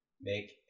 Make